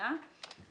המהות "...